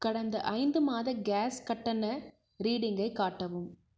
கடந்த ஐந்து மாத கேஸ் கட்டண ரீடிங்கை காட்டவும்